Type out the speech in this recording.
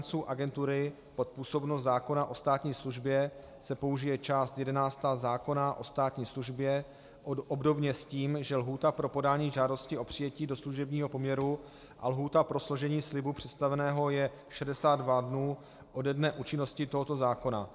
Pro přechod zaměstnanců agentury pod působnost zákona o státní službě se použije část jedenáctá zákona o státní službě obdobně s tím, že lhůta pro podání žádosti o přijetí do služebního poměru a lhůta pro složení slibu představeného je 62 dnů ode dne účinnosti tohoto zákona.